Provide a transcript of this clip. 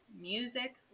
music